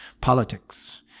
Politics